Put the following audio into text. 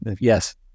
yes